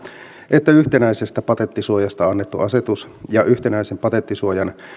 että yhtenäisestä patenttisuojasta annettu asetus ja yhtenäisen patenttisuojan